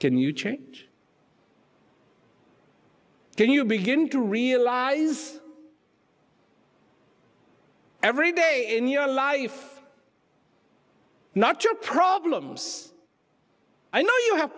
can you change can you begin to realize every day in your life not your problems i